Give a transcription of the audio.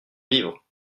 livre